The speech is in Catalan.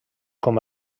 com